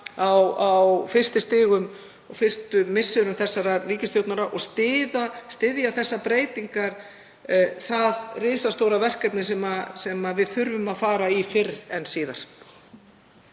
á fyrstu stigum og fyrstu misserum þessarar ríkisstjórnar og styðja þessar breytingar það risastóra verkefni sem við þurfum að fara í fyrr en síðar?